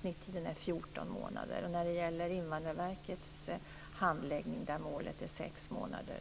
Snittiden var alltså 14 månader. Målet för Invandrarverkets handläggning är sex månader;